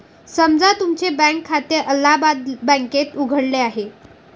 समजा तुमचे बँक खाते अलाहाबाद बँकेत उघडले आहे